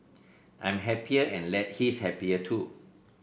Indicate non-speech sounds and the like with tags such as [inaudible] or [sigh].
I'm happier and [unintelligible] he's happier too